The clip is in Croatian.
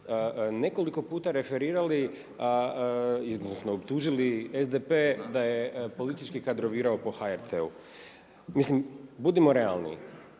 nekoliko puta referirali odnosno optužili SDP da je politički kadrovirao po HRT-u. Mislim budimo realni